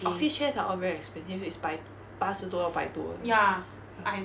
office chairs are all very expensive it's by 八十多到百多的 !hais!